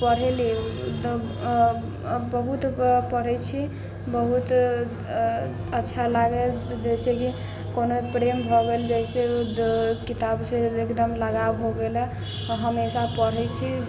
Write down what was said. पढ़ली तब अब बहुत पढ़ैत छी बहुत अच्छा लागय जैसेकि कोनो प्रेम भऽ गेल जैसे किताबसँ एकदम लगाव हो गेलय हमेशा पढ़ैत छी